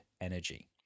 energy